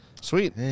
Sweet